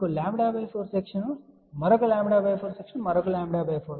మనకు λ 4 సెక్షన్ మరొక λ 4 మరొక λ 4 ఉన్నాయి